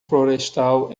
florestal